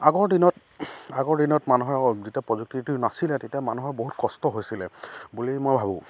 আগৰ দিনত আগৰ দিনত মানুহৰ যেতিয়া প্ৰযুক্তিটো নাছিলে তেতিয়া মানুহৰ বহুত কষ্ট হৈছিলে বুলি মই ভাবোঁ